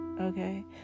Okay